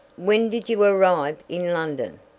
when did you arrive in london?